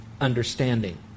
understanding